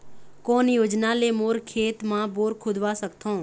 कोन योजना ले मोर खेत मा बोर खुदवा सकथों?